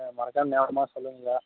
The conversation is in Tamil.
ஐயா மறக்காமல் ஞாபகமாக சொல்லுங்கள் ஐயா